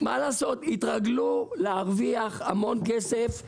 התרגלו להרוויח המון כסף.